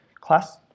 class